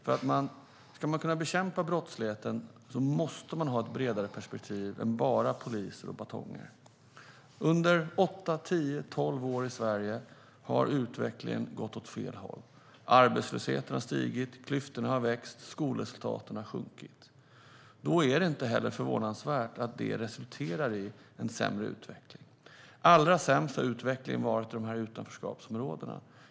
Om man ska kunna bekämpa brottsligheten måste man ha ett bredare perspektiv än bara poliser och batonger. Under åtta, tio, tolv år i Sverige har utvecklingen gått åt fel håll. Arbetslösheten har stigit, klyftorna har vuxit och skolresultaten har sjunkit. Då är det inte heller förvånansvärt att det resulterar i en sämre utveckling. Allra sämst har utvecklingen varit i utanförskapsområdena.